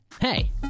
Hey